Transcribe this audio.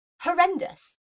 horrendous